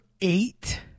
eight